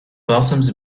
blossoms